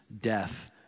death